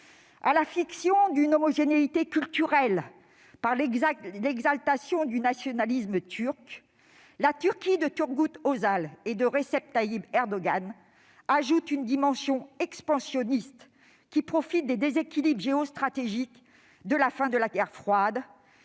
À la fiction d'une homogénéité culturelle par l'exaltation du nationalisme turc, la Turquie de Turgut Özal et de Recep Tayyip Erdogan ajoute une dimension expansionniste qui profite des déséquilibres géostratégiques de la fin de la guerre froide,